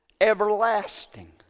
everlasting